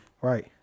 Right